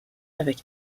avec